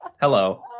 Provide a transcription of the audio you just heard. hello